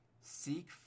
Seek